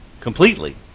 Completely